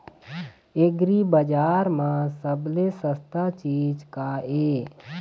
एग्रीबजार म सबले सस्ता चीज का ये?